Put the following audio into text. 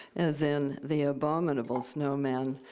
as in the abominable snowman,